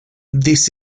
this